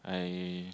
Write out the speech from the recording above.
I